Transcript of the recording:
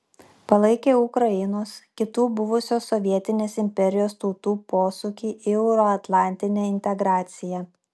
palaikė ukrainos kitų buvusios sovietinės imperijos tautų posūkį į euroatlantinę integraciją